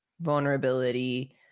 vulnerability